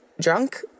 drunk